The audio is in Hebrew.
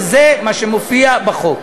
וזה מה שמופיע בחוק.